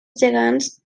gegants